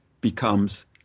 becomes